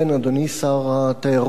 אדוני שר התיירות,